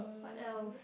what else